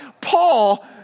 Paul